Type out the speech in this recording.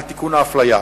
על תיקון האפליה.